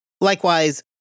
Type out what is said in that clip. Likewise